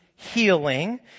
Healing